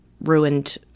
ruined